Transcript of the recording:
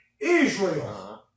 Israel